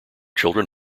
children